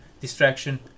distraction